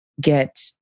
get